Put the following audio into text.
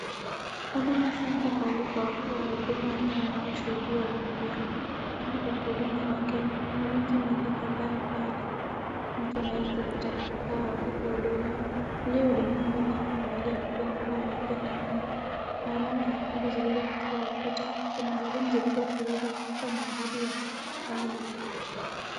Huduma center pale wa huduma Wakenya wanashuhudiwa vitu vyao pahali kwa kuhudumia Wakenya. Kuna viti mingi kadhaa pale. Mtu anaweza kuja na kukaa hapo kuhudumiwa. Aliyehudumiwa mbele amevaa kofia ya bibi na bibi nywege nyekundu na alama nyekundu zilizo katika ukuta. Kuna balloon zilizo kuizwa kuonyesha maidadidi wa pahali hapo.